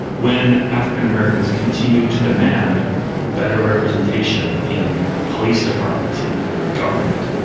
when african americans continue to demand better representation in police departments, in government,